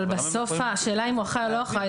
אבל בסוף אם הוא אחראי או לא אחראי,